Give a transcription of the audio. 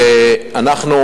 ועדת הפנים?